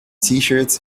tshirts